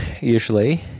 usually